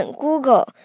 Google